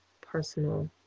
personal